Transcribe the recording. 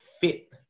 fit